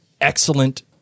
excellent